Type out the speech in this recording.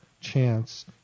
chance